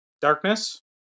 Darkness